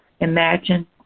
Imagine